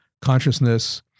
consciousness